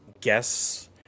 guess